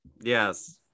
Yes